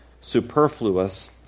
superfluous